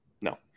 No